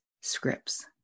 scripts